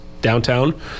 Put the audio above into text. downtown